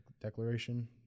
declaration